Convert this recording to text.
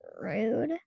rude